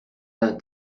d’un